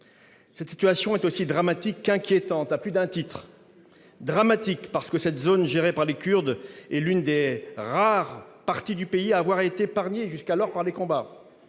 Cette situation est aussi dramatique qu'inquiétante, et ce à plus d'un titre. Elle est dramatique, parce que cette zone gérée par les Kurdes était l'une des rares parties du pays à avoir été épargnée jusqu'alors par les combats.